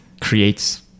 creates